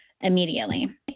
immediately